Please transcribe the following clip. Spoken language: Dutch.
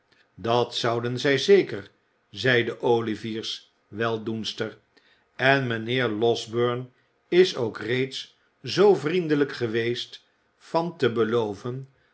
dat zouden zij zeker zeide olivier's weldoenster en mijnheer losberne is ook reeds zoo vriendelijk geweest van te beloven